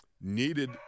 needed